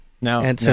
Now